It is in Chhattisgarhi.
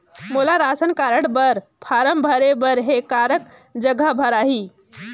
मोला राशन कारड बर फारम भरे बर हे काकर जग भराही?